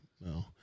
no